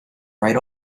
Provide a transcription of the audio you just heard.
right